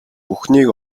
бүхнийг